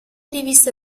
riviste